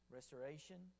Restoration